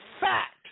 fact